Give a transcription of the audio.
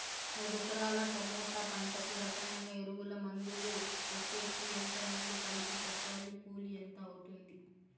ఐదు ఎకరాల టమోటా పంటకు రసాయన ఎరువుల, మందులు కొట్టేకి ఎంత నీళ్లు కలిపి కొట్టాలి? కూలీ ఎంత అవుతుంది?